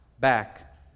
back